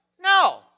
No